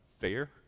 fair